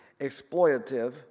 exploitative